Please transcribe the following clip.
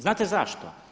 Znate zašto?